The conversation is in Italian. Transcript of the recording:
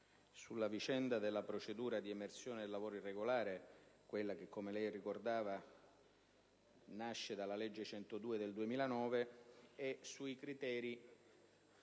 sulla vicenda della procedura di emersione del lavoro irregolare (quella che, come lei ricordava, nasce dalla legge n. 102 del 2009) e sui criteri relativi